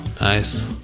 Nice